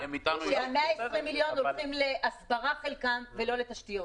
שחלק מה-120 המיליון הולכים להסברה ולא לתשתיות.